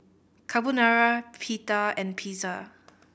Carbonara Pita and Pizza